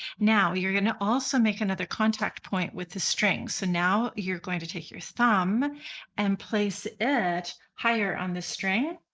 now you're going to also make another contact point with the string. so now you're going to take your thumb and place it higher on the string.